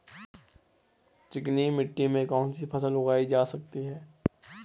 चिकनी मिट्टी में कौन सी फसल उगाई जा सकती है?